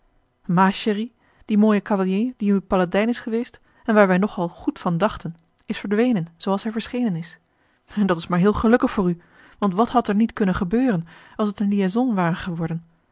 chérie die mooie cavalier die uw paladijn is geweest a l g bosboom-toussaint de delftsche wonderdokter eel en waar wij nogal goeds van dachten is verdwenen zooals hij verschenen is en dat is maar heel gelukkig voor u want wat had er niet kunnen gebeuren als het eene liaison ware geworden